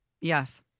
Yes